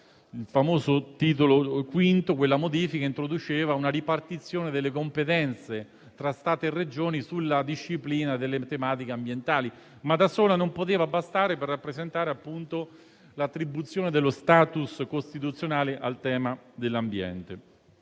La famosa modifica del Titolo V introduceva una ripartizione delle competenze tra Stato e Regioni sulla disciplina delle tematiche ambientali, ma da sola non poteva bastare per rappresentare, appunto, l'attribuzione dello *status* costituzionale al tema dell'ambiente.